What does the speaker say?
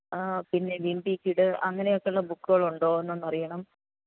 പിന്നെ വീൻപീ കിട് അങ്ങനെയൊക്കെയുള്ള ബുക്കുകൾ ഉണ്ടോയെന്നൊന്നറിയണം